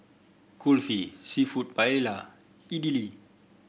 Kulfi seafood Paella Idili